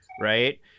Right